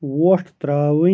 وۄٹھ ترٛاوٕنۍ